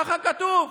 ככה כתוב.